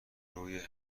روی